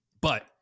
But-